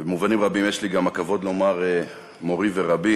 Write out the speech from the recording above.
במובנים רבים יש לי גם הכבוד לומר מורי ורבי